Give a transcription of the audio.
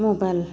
mobile